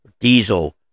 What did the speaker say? diesel